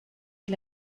die